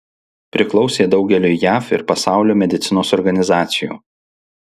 priklausė daugeliui jav ir pasaulio medicinos organizacijų